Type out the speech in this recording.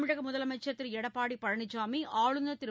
தமிழக முதலமைச்சர் திரு எடப்பாடி பழனிசாமி ஆளுநர் திரு